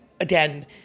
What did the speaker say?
again